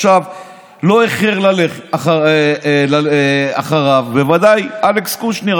עכשיו, לא איחר ללכת אחריו אלכס קושניר.